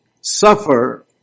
suffer